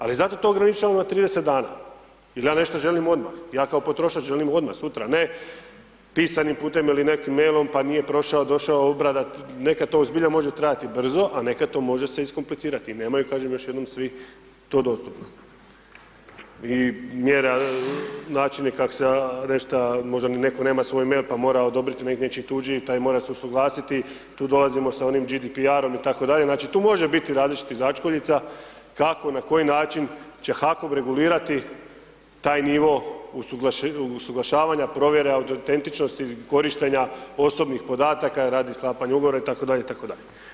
Ali, zato to ograničavamo na 30 dana jer ja nešto želim odmah, ja kao potrošač želim odmah sutra, ne pisanim putem ili nekim mailom, pa nije prošao došao, obrada, nekada to zbilja može trajati brzo, a nekad to može se iskomplicirati, nemaju kažem još jednom svi to dostupno i mjera, načina kako .../nerazumljivo/... možda ni neko nema svoj mail pa mora odobriti nečiji tuđi i taj mora se usuglasiti, tu dolazimo sa onim GDPR-om, itd. znači tu može biti različitih začkuljica kako, na koji način će HAKOM regulirati taj nivo usuglašavanja provjere autentičnosti korištenja osobnih podataka radi sklapanja ugovora, itd. itd.